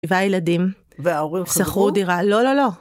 והילדים שכרו דירה, לא, לא, לא.